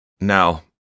Now